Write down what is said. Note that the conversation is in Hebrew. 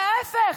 ולהפך,